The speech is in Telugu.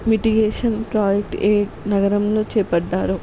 మిటిగేషన్ ప్రోజెక్ట్ ఏ నగరంలో చేపట్టారు